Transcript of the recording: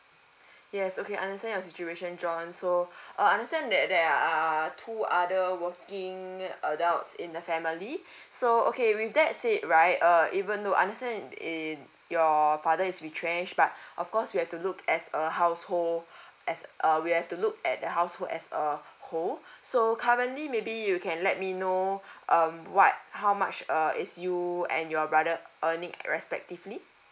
yes okay understand your situation john so uh understand that there are two other working adults in the family so okay with that said right uh even though understand in your father is retrenched but of course we have to look as a household as uh we have to look at the household as a whole so currently maybe you can let me know um what how much uh is you and your brother earning respectively